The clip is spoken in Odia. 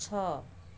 ଗଛ